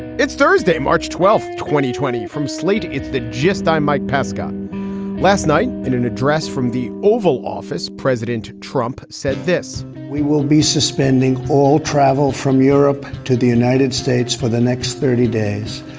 it's thursday, march twelfth, twenty twenty from slate. it's the gist. i'm mike pesca last night, in an address from the oval office, president trump said this we will be suspending all travel from europe to the united states for the next thirty days.